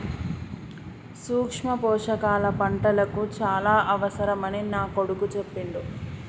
సూక్ష్మ పోషకాల పంటలకు చాల అవసరమని నా కొడుకు చెప్పిండు